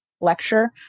lecture